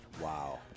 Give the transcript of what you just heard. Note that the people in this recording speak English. Wow